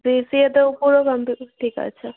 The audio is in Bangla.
বিসিএতেও কোনও বন্ধু ঠিক আছে